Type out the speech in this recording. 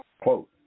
Quote